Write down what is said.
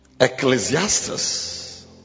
Ecclesiastes